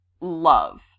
love